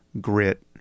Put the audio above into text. grit